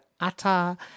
Atta